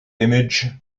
image